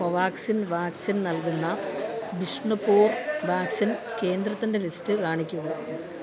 Covaxin vaccine നൽകുന്ന Bishnupur vaccine കേന്ദ്രത്തിൻ്റെ list കാണിക്കുക